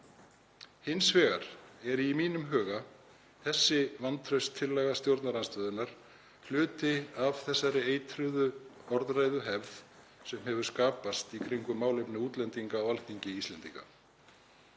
Hins vegar er í mínum huga þessi vantrauststillaga stjórnarandstöðunnar hluti af þessari eitruðu orðræðuhefð sem hefur skapast í kringum málefni útlendinga á Alþingi Íslendinga.